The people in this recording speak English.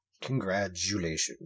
Congratulations